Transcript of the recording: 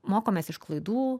mokomės iš klaidų